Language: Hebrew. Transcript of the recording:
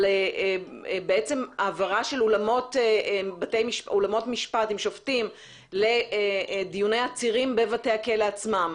על העברה של אולמות משפט עם שופטים לדיוני עצירים בבתי הכלא עצמם.